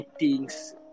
meetings